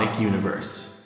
universe